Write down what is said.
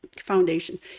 foundations